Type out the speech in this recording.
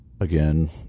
again